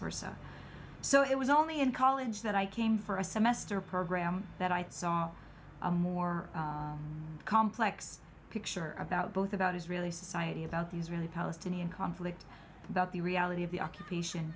versa so it was only in college that i came for a semester program that i saw a more complex picture about both about israeli society about the israeli palestinian conflict about the reality of the occupation